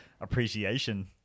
appreciation